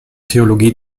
theologie